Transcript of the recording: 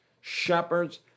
shepherds